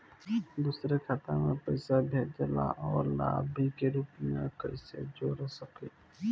दूसरे के खाता में पइसा भेजेला और लभार्थी के रूप में कइसे जोड़ सकिले?